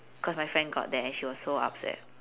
cause my friend got that and she was so upset